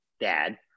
dad